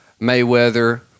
Mayweather